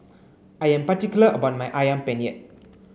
I am particular about my Ayam Penyet